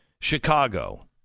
Chicago